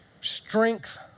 strength